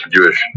Jewish